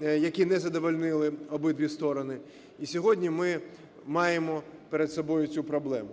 які не задовольнили обидві сторони. І сьогодні ми маємо перед собою цю проблему.